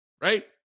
right